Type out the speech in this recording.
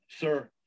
Sir